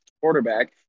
quarterback